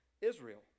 Israel